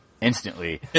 instantly